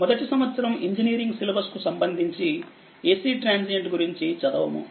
మొదటి సంవత్సరం ఇంజనీరింగ్ సిలబస్కు సంబంధించి AC ట్రాన్సియెంట్ గురించి చదవము